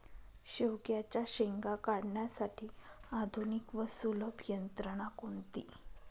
शेवग्याच्या शेंगा काढण्यासाठी आधुनिक व सुलभ यंत्रणा कोणती?